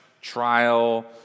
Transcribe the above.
trial